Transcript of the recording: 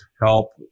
help